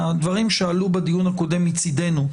הדברים שעלו בדיון הקודם מצדנו,